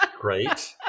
Great